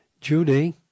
Judy